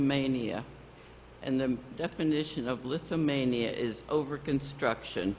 mania and the definition of listen mania is over construction